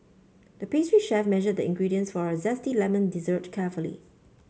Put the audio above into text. the pastry chef measured the ingredients for a zesty lemon dessert carefully